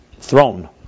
throne